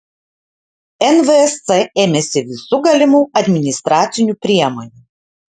nvsc ėmėsi visų galimų administracinių priemonių